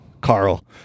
Carl